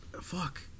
Fuck